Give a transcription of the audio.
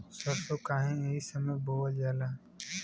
सरसो काहे एही समय बोवल जाला?